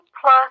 plus